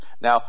Now